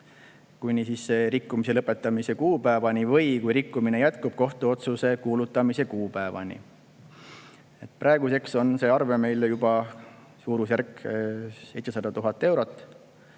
kuni rikkumise lõpetamise kuupäevani või kui rikkumine jätkub, siis kohtuotsuse kuulutamise kuupäevani. Praeguseks on see arve on meil juba suurusjärgus 700 000 eurot.